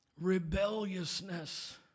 Rebelliousness